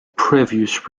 previous